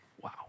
Wow